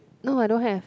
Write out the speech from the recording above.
no I don't have